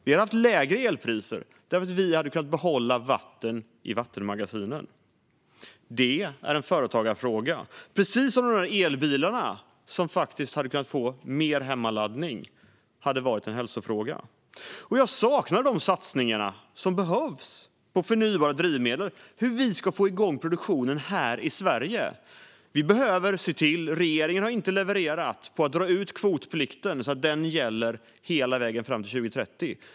Vi hade haft lägre elpriser, eftersom vi hade kunnat behålla vatten i vattenmagasinen. Det är en företagarfråga. Mer hemmaladdning för elbilarna är en hälsofråga. Jag saknar de satsningar som behövs på förnybara drivmedel och på hur vi ska få igång produktionen här i Sverige. Regeringen har inte levererat i fråga om att dra ut kvotplikten så att den gäller hela vägen fram till 2030.